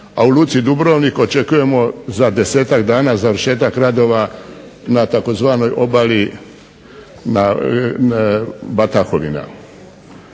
a u luci Dubrovnik očekujemo za 10-ak dana završetak radova na tzv. obali Batakovina.